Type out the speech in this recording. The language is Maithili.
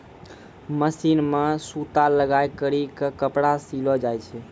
मशीन मे सूता लगाय करी के कपड़ा सिलो जाय छै